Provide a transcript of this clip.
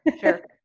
sure